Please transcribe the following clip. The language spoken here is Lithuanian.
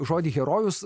žodį herojus